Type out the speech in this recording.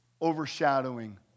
overshadowing